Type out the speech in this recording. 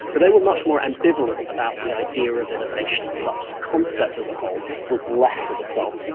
but they were much more ambivalent about the idea of innovation as such, the concept as a whole was less of a sell for them.